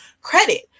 credit